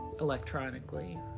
electronically